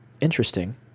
Interesting